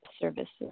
services